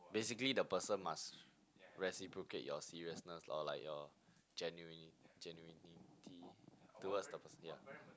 basically the person must reciprocate your seriousness or like your genuini~ genuinity towards the person yeah